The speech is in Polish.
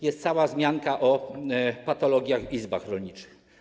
Jest cała wzmianka o patologiach w izbach rolniczych.